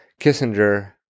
Kissinger